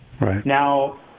Now